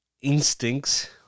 instincts